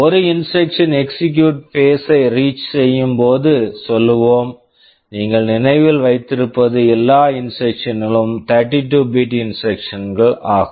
ஒரு instruction instruction execute phase execute phase ஐ reach reach செய்யும் போது சொல்லுவோம் நீங்கள் நினைவில் வைத்திருப்பது எல்லா இன்ஸ்ட்ரக்ஷன்ஸ் instructions களும் 32 பிட் இன்ஸ்ட்ரக்ஷன்ஸ் instructions கள் ஆகும்